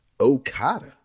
Okada